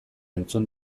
entzun